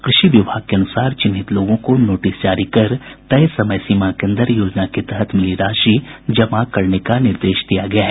कृषि विभाग के अनुसार चिन्हित लोगों को नोटिस जारी कर तय समय सीमा के अंदर योजना के तहत मिली राशि जमा करने का निर्देश दिया गया है